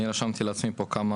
אני רשמתי לעצמי כמה